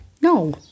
No